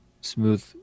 smooth